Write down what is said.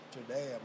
today